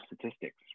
statistics